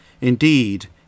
Indeed